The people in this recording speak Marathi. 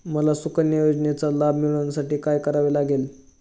मला सुकन्या योजनेचा लाभ मिळवण्यासाठी काय करावे लागेल?